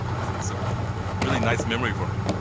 it's it's a really nice memory for me.